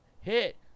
hit